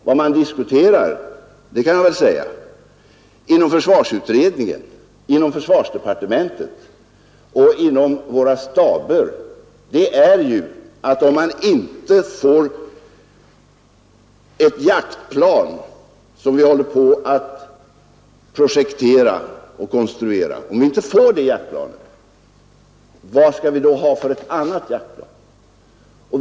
Vad man diskuterar — det kan jag väl säga — inom försvarsutredningen, inom försvarsdepartementet och inom våra staber är ju att om man inte får ett jaktplan som vi håller på att projektera och konstruera, vad skall vi då ha för ett annat jaktplan?